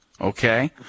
Okay